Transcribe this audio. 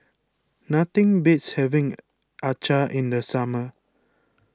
nothing beats having Acar in the summer